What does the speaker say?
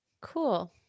Cool